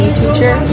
teacher